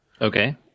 Okay